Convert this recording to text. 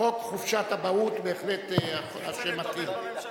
חוק חופשת אבהות, בהחלט השם מתאים.